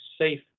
safe